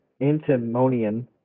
antimonian